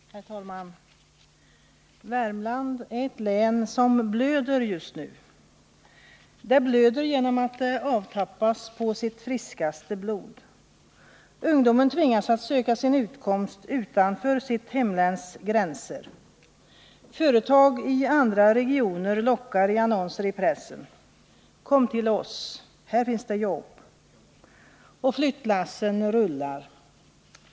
Herr talman! Värmland är ett län som blöder just nu. Det blöder genom att det tappas på sitt friskaste blod. Ungdomen tvingas att söka sin utkomst utanför hemlänets gränser. Företag i andra regioner lockar med annonser i pressen: Kom till oss — här finns jobb! Och flyttlassen rullar.